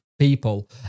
people